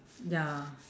ya